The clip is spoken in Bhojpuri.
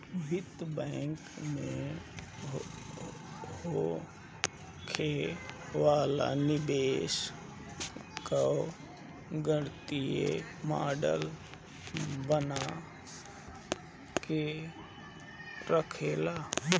वित्तीय बैंक में होखे वाला निवेश कअ गणितीय मॉडल बना के रखेला